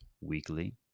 weekly